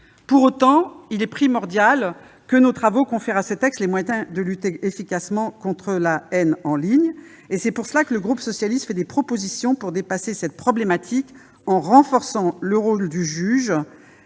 Pour autant, il est primordial que nos travaux confèrent à ce texte les moyens de lutter efficacement contre la haine en ligne. Le groupe socialiste avance un certain nombre de propositions pour dépasser cette problématique, en renforçant le rôle du juge.